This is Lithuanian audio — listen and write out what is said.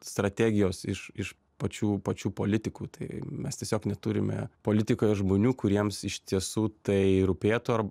strategijos iš iš pačių pačių politikų tai mes tiesiog neturime politikoje žmonių kuriems iš tiesų tai rūpėtų ar